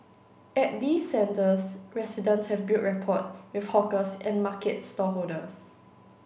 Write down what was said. at these centres residents have built rapport with hawkers and market stallholders